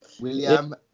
William